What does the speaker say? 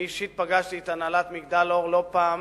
אני אישית פגשתי את הנהלת "מגדל אור" לא פעם